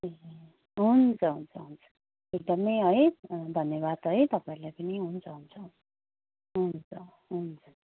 ए हुन्छ हुन्छ हुन्छ एकदम है धन्यवाद है तपाईँलाई पनि हुन्छ हुन्छ हुन्छ हुन्छ हुन्छ